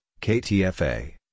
KTFA